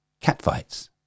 Catfights